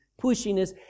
pushiness